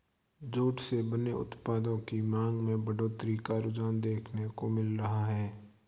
jute से बने उत्पादों की मांग में बढ़ोत्तरी का रुझान देखने को मिल रहा है